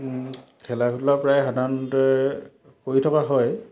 খেলা ধূলা প্ৰায় সাধাৰণতে কৰি থকা হয়